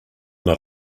not